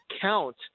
count